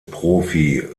profi